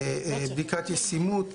בדיקת ישימות